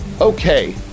okay